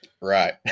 Right